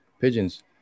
Pigeons